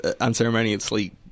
unceremoniously